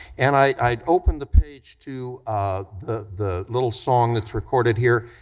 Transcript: and i opened the page to the the little song that's recorded here,